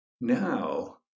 Now